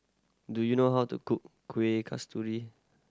do you know how to cook Kueh Kasturi